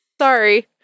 Sorry